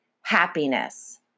happiness